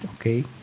okay